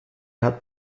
hat